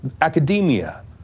Academia